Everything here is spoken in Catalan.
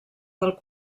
del